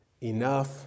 enough